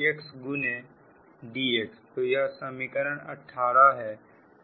×10I2r2xdxतो यह समीकरण 18 है